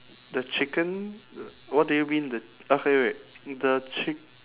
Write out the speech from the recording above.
the chicken uh what do you mean the okay wait the chick~